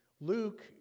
Luke